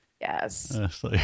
Yes